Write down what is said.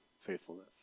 faithfulness